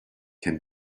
can